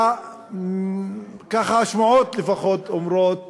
ככה השמועות לפחות אומרות